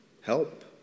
help